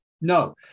No